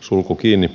sulku kiinni